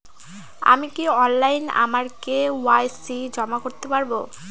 আমি কি অনলাইন আমার কে.ওয়াই.সি জমা করতে পারব?